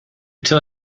tell